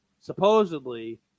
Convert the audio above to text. supposedly